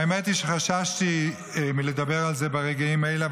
האמת היא שחששתי לדבר על זה ברגעים האלה,